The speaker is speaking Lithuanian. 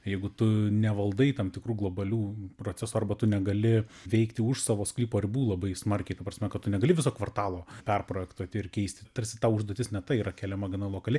jeigu tu nevaldai tam tikrų globalių procesų arba tu negali veikti už savo sklypo ribų labai smarkiai ta prasme kad tu negali viso kvartalo perprojektuoti ir keisti tarsi tau užduotis ne ta yra keliama gana lokali